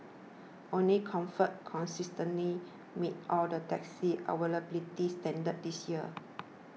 only comfort consistently met all the taxi availability standards this year